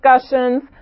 discussions